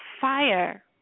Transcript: fire